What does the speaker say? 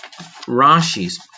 Rashi's